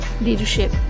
leadership